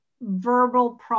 verbal